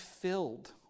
filled